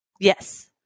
Yes